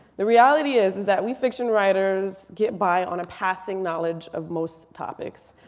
the reality is is that we fiction writers get by on a passing knowledge of most topics.